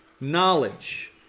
knowledge